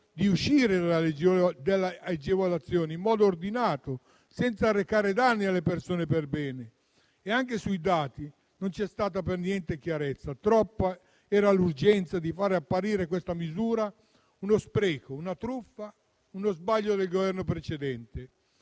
di uscire dalla agevolazione in modo ordinato, senza arrecare danni alle persone perbene. Anche sui dati non c'è stata chiarezza: troppa era l'urgenza di fare apparire questa misura uno spreco, una truffa, uno sbaglio del Governo precedente.